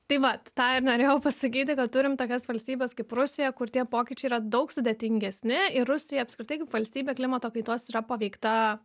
tai vat tą ir norėjau pasakyti kad turim tokias valstybes kaip rusija kur tie pokyčiai yra daug sudėtingesni ir rusija apskritai kaip valstybė klimato kaitos yra paveikta